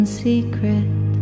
secret